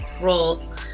roles